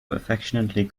affectionately